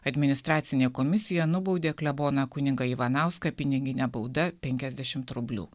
administracinė komisija nubaudė kleboną kunigą ivanauską pinigine bauda penkiasdešimt rublių